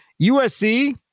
USC